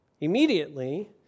Immediately